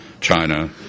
China